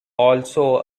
also